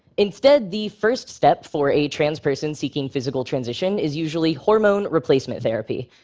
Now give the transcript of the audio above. instead, the first step for a trans person seeking physical transition is usually hormone replacement therapy.